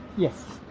yes!